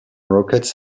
rockets